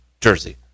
jersey